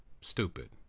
stupid